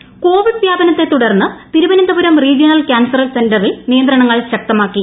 C Covid വ്യാപനത്തെ തുടർന്ന് Thiruvananthapuram regional cancer സെന്ററിൽ നിയന്ത്രണങ്ങൾ കർശനമാക്കി